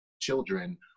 children